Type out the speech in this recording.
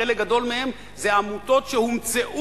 חלק גדול מהן זה עמותות שהומצאו